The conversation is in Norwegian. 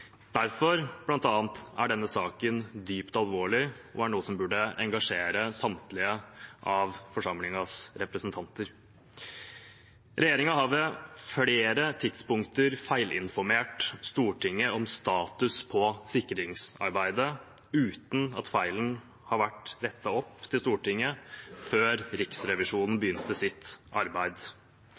derfor er denne saken dypt alvorlig og noe som burde engasjere samtlige av forsamlingens representanter. Regjeringen har på flere tidspunkter feilinformert Stortinget om status på sikringsarbeidet, uten at feilen har vært rettet opp overfor Stortinget før Riksrevisjonen begynte sitt arbeid.